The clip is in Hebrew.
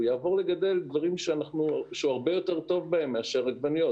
החקלאי יעבור לגדל דברים שהוא הרבה יותר טוב בהם מאשר עגבניות,